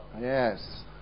Yes